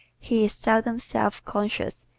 he is seldom self-conscious,